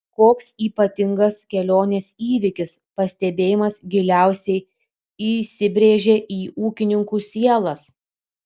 koks ypatingas kelionės įvykis pastebėjimas giliausiai įsibrėžė į ūkininkų sielas